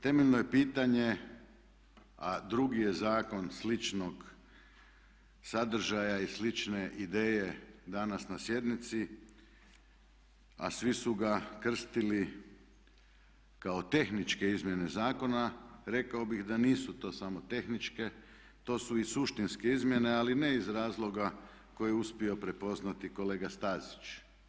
Temeljno je pitanje, a drugi je zakon sličnog sadržaja i slične ideje danas na sjednici a svi su ga krstili kao tehničke izmjene zakona rekao bih da nisu to samo tehničke to su i suštinske izmjene ali ne iz razloga koji je uspio prepoznati kolega Stazić.